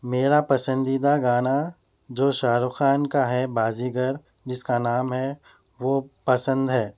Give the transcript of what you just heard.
میرا پسندیدہ گانا جو شاہ رخ خان کا ہے بازیگر جس کا نام ہے وہ پسند ہے